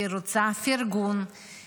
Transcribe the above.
היא רוצה פרגון,